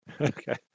okay